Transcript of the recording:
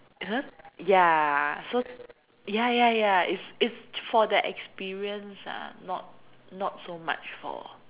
ya so ya ya ya it's it's for the experience ah not not so much for